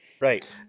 Right